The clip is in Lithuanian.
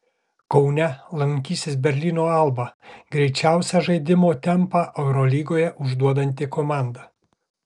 kaune lankysis berlyno alba greičiausią žaidimo tempą eurolygoje užduodanti komanda